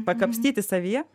pakapstyti savyje